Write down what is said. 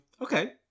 Okay